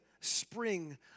spring